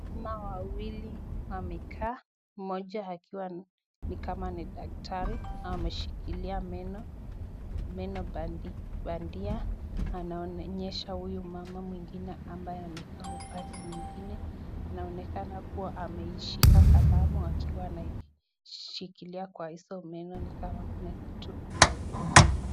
Mama wawili wamekaa. Mmoja akiwa ni kama ni daktari ameshikilia meno bandia. Anaonyesha huyu mama mwingine ambaye amekaa upande mwingine. Anaonekana kuwa ameishika kalamu akiwa anashikilia kwa hizo meno ni kama kuna kitu anaelezea.